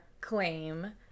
claim